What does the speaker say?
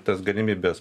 tas galimybes